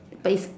but it's